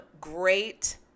great